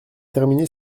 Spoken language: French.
terminé